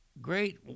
great